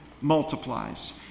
multiplies